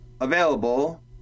available